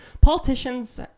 Politicians